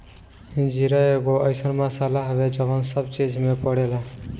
जीरा एगो अइसन मसाला हवे जवन सब चीज में पड़ेला